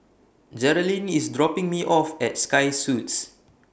Jerilyn IS dropping Me off At Sky Suits